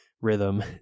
rhythm